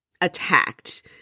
attacked